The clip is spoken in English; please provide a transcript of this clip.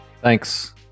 Thanks